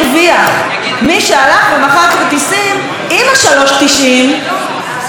עם ה-3.90 על הכרטיס לקולנוע באינטרנט,